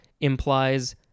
implies